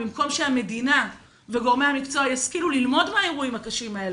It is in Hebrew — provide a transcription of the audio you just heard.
במקום שהמדינה וגורמי המקצוע יסכימו ללמוד מהאירועים הקשים האלה,